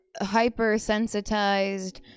hypersensitized